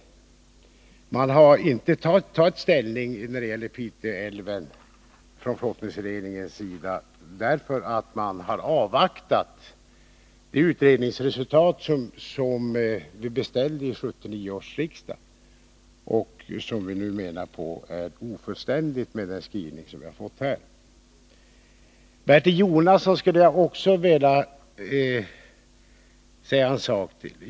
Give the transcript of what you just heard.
Flottningsledningen har inte tagit ställning när det gäller Piteälven — man avvaktar resultatet av den utredning som 1979 års riksdag beställde och som vi menar är ofullständig med den skrivning som finns i det här ärendet. Bertil Jonasson skulle jag också vilja säga några ord till.